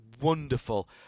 wonderful